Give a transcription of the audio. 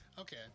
okay